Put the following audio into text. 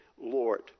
Lord